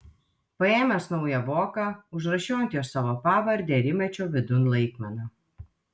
paėmęs naują voką užrašiau ant jo savo pavardę ir įmečiau vidun laikmeną